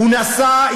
הוא נסע,